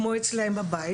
כמו אצלו בבית,